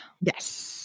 Yes